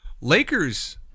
Lakers